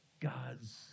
God's